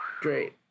Great